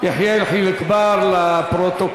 יחיאל חיליק בר לפרוטוקול.